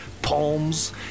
palms